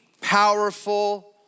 powerful